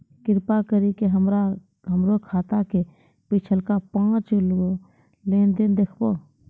कृपा करि के हमरा हमरो खाता के पिछलका पांच गो लेन देन देखाबो